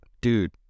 Dude